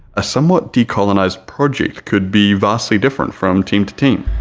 a somewhat decolonized project could be vastly different from team to team,